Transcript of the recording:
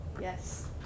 Yes